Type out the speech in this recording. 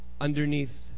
underneath